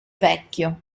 vecchio